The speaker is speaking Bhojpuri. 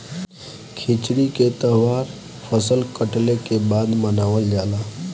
खिचड़ी के तौहार फसल कटले के बाद मनावल जाला